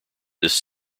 this